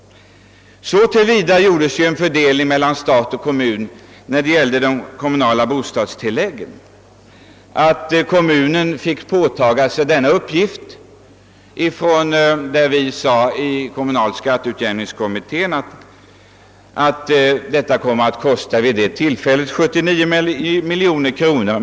Så till vida gjordes emellertid en fördelning mellan stat och kommun när det gällde de kommunala bostadstilläggen att kommunen fick påtaga sig denna uppgift. Vi inom kommunala skatteutjämningskommittén ansåg att det vid detta tillfälle skulle kosta kommunerna 79 miljoner kronor.